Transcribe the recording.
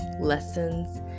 lessons